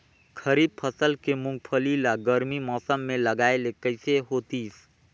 खरीफ फसल के मुंगफली ला गरमी मौसम मे लगाय ले कइसे होतिस?